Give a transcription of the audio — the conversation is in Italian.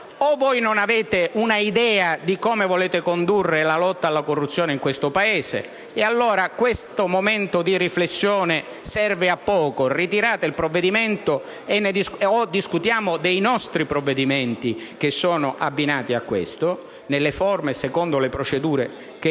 o voi non avete un'idea di come volete condurre la lotta alla corruzione nel Paese, e allora questo momento di riflessione serve a poco (ritirate quindi il disegno di legge o discutiamo dei nostri provvedimenti che sono abbinati a quello, nelle forme e secondo le procedure che